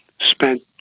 spent